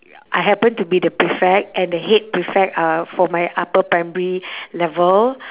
I happen to be the prefect and the head prefect uh for my upper primary level